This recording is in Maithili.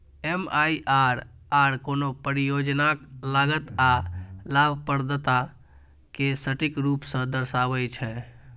एम.आई.आर.आर कोनो परियोजनाक लागत आ लाभप्रदता कें सटीक रूप सं दर्शाबै छै